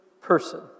person